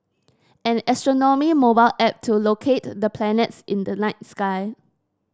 an astronomy mobile app to locate the planets in the night sky